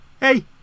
Hey